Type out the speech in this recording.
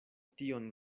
tion